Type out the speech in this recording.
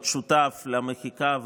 להיות שותף למחיקה,